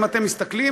אם אתם מסתכלים,